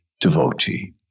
devotee